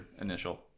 initial